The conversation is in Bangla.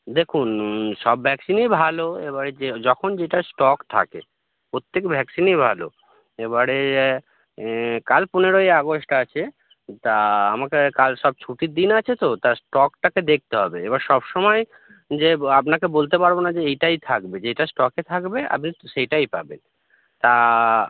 দেখুন সব ভ্যাক্সিনই ভালো এবারে যে যখন যেটার স্টক থাকে প্রত্যেক ভ্যাক্সিনই ভালো এবারে কাল পনেরোই আগস্ট আছে তা আমাকে কাল সব ছুটির দিন আছে তো তা স্টকটাকে দেখতে হবে এবার সব সমায় যে আপনাকে বলতে পারবো না যে এইটাই থাকবে যেটা স্টকে থাকবে আপনি সেইটাই পাবেন তা